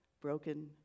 Broken